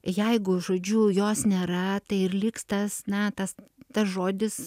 jeigu žodžiu jos nėra tai ir liks tas na tas tas žodis